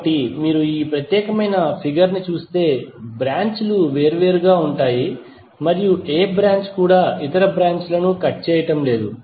కాబట్టి మీరు ఈ ప్రత్యేకమైన ఫిగర్ ని చూస్తే బ్రాంచ్ లు వేరుగా ఉంటాయి మరియు ఏ బ్రాంచ్ కూడా ఇతర బ్రాంచ్ లను కట్ చేయడం లేదు